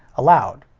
allowed.